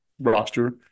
roster